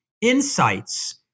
insights